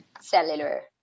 cellular